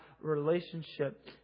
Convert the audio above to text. relationship